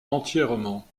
entièrement